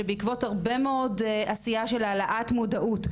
שבעקבות הרבה עשייה של העלאת מודעות,